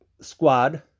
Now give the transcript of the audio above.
squad